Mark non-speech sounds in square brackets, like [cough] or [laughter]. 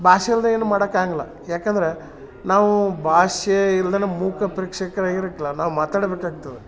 ಭಾಷೆ ಇಲ್ದೆ ಏನು ಮಾಡಕ್ಕಾಗಲ್ಲ ಯಾಕಂದ್ರೆ ನಾವು ಭಾಷೆ ಇಲ್ದನ ಮೂಕ ಪ್ರೇಕ್ಷಕರಾಗಿ ಇರಕ್ಕೆ [unintelligible] ನಾವು ಮಾತಾಡಬೇಕಾಗ್ತದ